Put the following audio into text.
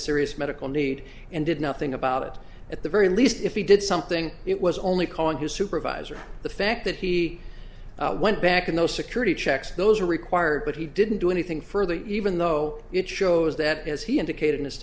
serious medical need and did nothing about it at the very least if he did something it was only calling his supervisor the fact that he went back in those security checks those are required but he didn't do anything further even though it shows that as he indicated